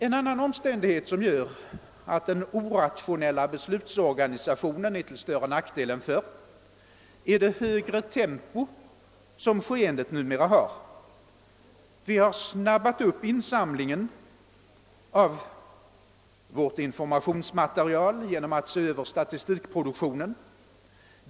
En annan omständighet som gör att den orationella beslutsorganisationen är till större nackdel än förr är det högre tempo som skeendet numera har. Vi har snabbat upp insamlingen av vårt informationsmaterial genom att se över statistikproduktionen.